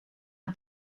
een